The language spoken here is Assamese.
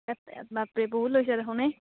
বাপৰে বহুত লৈছে দেখোন য়ে